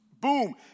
boom